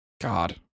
god